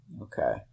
Okay